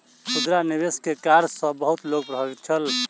खुदरा निवेश के कार्य सॅ बहुत लोक प्रभावित छल